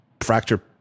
fracture